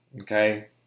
Okay